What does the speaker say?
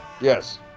Yes